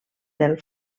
del